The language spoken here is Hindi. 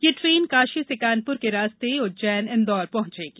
ये ट्रेन काशी से कानपुर के रास्ते उज्जैन इंदौर पहुंचेगी